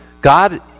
God